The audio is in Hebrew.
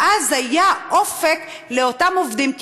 ואז היה אופק לאותם עובדים.